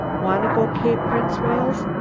wanna go cape prince wales,